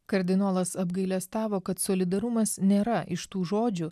kardinolas apgailestavo kad solidarumas nėra iš tų žodžių